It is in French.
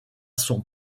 son